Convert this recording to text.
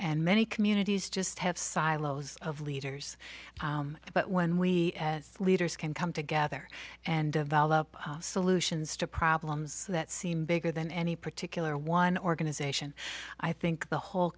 and many communities just have silos of leaders but when we as leaders can come together and develop solutions to problems that seem bigger than any particular one organization i think the whole